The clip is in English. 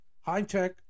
High-tech